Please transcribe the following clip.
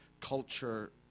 culture